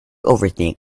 overthink